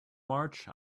march